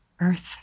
earth